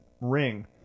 ring